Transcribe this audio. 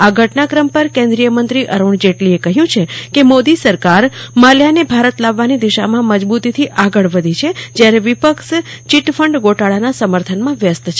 આ ઘટના ક્રમ પર કેન્દ્રીય મંત્રી અરૂણ જેટલીએ કહ્યું છે કે મોદી સરકાર મળ્યાને ભારત લાવવાની દિશામાં મજબુતીથી આગળ વધી છે જયારે વિપક્ષ ચીટકંડ ગોટલાના સમર્થનમાં વ્યસ્ત છે